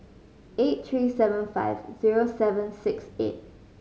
eight three seven five zero seven six eight